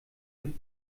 mit